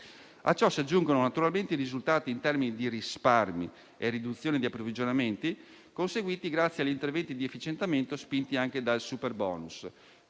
A ciò si aggiungano naturalmente i risultati in termini di risparmio e di riduzione degli approvvigionamenti, conseguiti grazie agli interventi di efficientamento, spinti anche dal superbonus: